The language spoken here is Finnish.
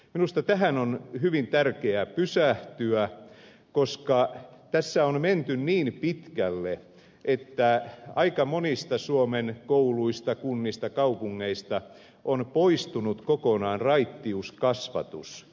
minusta tähän on hyvin tärkeä pysähtyä koska tässä on menty niin pitkälle että aika monista suomen kouluista kunnista kaupungeista on poistunut kokonaan raittiuskasvatus